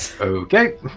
Okay